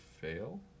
fail